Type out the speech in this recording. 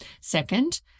Second